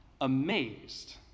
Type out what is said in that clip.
amazed